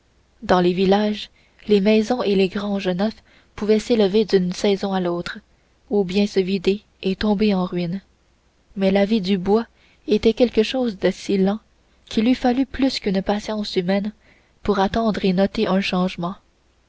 dans les villages les maisons et les granges neuves pouvaient s'élever d'une saison à l'autre ou bien se vider et tomber en ruine mais la vie du bois était quelque chose de si lent qu'il eût fallu plus qu'une patience humaine pour attendre et noter un changement